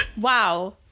Wow